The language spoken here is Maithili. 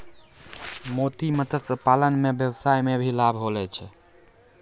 मोती मत्स्य पालन से वेवसाय मे भी लाभ होलो छै